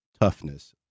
toughness